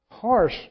Harsh